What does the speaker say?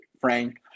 Frank